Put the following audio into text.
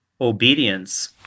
obedience